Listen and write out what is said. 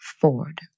Ford